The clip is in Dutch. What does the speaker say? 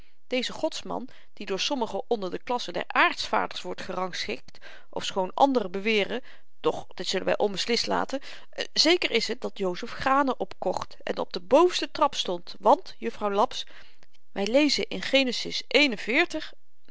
deze godsman die door sommigen onder de klasse der aartsvaders wordt gerangschikt ofschoon anderen beweren doch dit zullen wy onbeslist laten zeker is het dat jozef granen opkocht en op den bovensten trap stond want jufvrouw laps wy lezen in genesis